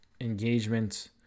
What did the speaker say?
engagement